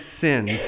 sins